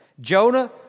Jonah